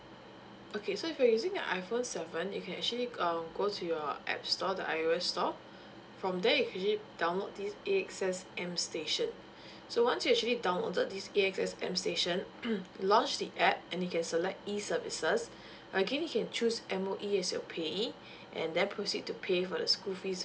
okay so if you're using the iphone seven you can actually um go to your app store the I_O_S store from there you could actually download this A_X_S m station so once you actually downloaded this A_X_S m station launch the app and you can select e services again you can choose M_O_E as your payee and then proceed to pay for the school fees